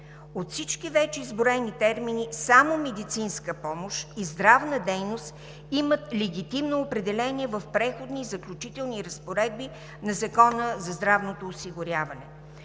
От всички вече изброени термини, само „медицинска помощ“ и „здравна дейност“ имат легитимно определение в Преходни и заключителни разпоредби на Закона за здравното осигуряване.